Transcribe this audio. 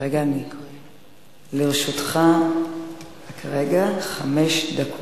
לרשותך שלוש דקות.